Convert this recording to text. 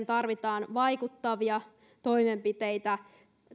tarvitaan vaikuttavia toimenpiteitä